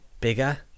bigger